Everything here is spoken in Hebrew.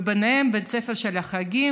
וביניהם בית ספר של החגים